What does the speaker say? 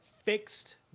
fixed